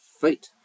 feet